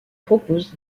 propose